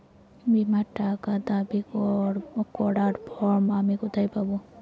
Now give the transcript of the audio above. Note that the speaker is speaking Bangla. বীমার টাকা দাবি করার ফর্ম আমি কোথায় পাব?